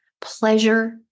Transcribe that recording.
pleasure